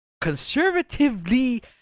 conservatively